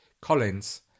Collins